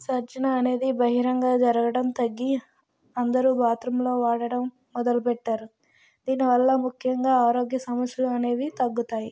విసర్జన అనేది బహిరంగంగా జరగడం తగ్గి అందరూ బాత్రూంలో వాడడం మొదలుపెట్టారు దీనివల్ల ముఖ్యంగా ఆరోగ్య సమస్యలు అనేవి తగ్గుతాయి